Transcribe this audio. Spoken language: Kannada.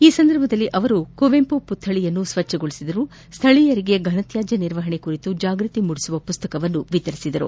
ಈ ಸಂದರ್ಭದಲ್ಲಿ ಅವರು ಕುವೆಂಪು ಪುಕ್ಕಳ ಸ್ವಚ್ಯಗೊಳಿಸಿದರಲ್ಲದೇ ಸ್ಥಳೀಯರಿಗೆ ಫನ ತ್ಯಾಜ್ಯ ನಿರ್ವಹಣೆ ಕುರಿತು ಜಾಗೃತಿ ಮೂಡಿಸುವ ಪುಸ್ತಕ ವಿತರಿಸಿದರು